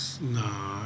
Nah